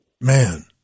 Man